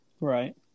Right